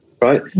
Right